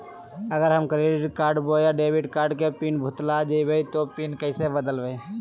अगर हम क्रेडिट बोया डेबिट कॉर्ड के पिन भूल जइबे तो पिन कैसे बदलते?